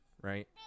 right